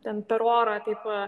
ten per orą taip